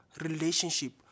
relationship